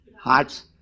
hearts